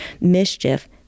mischief